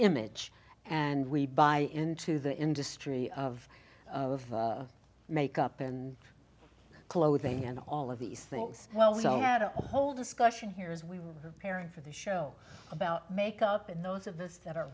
image and we buy into the industry of of makeup and clothing and all of these things well we had a whole discussion here as we were preparing for the show about make up in those of those that are